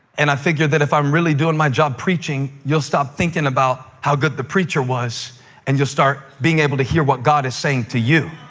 and i figure that if i'm really doing my job preaching, you'll stop thinking about how good the preacher was and start being able to hear what god is saying to you.